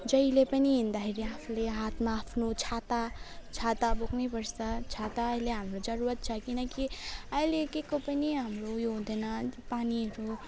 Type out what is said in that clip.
जहिले पनि हिँड्दाखेरि आफूले हातमा आफ्नो छाता छाता बोक्नैपर्छ छाता अहिले हाम्रो जरुरत छ किनकि अहिले केको पनि हाम्रो उयो हुँदैन पानीहरू